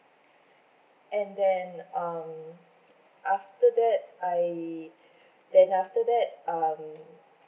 and then um after that I then after that um